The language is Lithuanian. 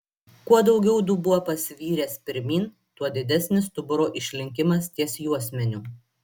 kuo daugiau dubuo pasviręs pirmyn tuo didesnis stuburo išlinkimas ties juosmeniu